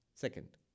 Second